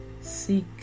seek